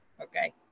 okay